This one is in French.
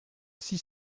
six